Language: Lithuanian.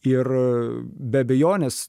ir a be abejonės